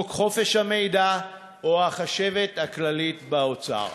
חוק חופש המידע או החשבת הכללית באוצר.